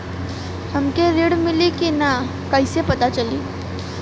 हमके ऋण मिली कि ना कैसे पता चली?